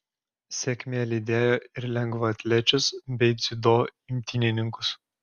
sėkmė lydėjo ir lengvaatlečius bei dziudo imtynininkus